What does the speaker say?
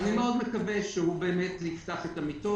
אני מקווה מאוד שהוא יפתח את המיטות.